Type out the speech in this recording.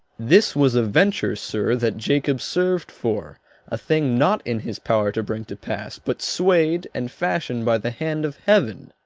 this was a venture, sir, that jacob serv'd for a thing not in his power to bring to pass, but sway'd and fashion'd by the hand of heaven.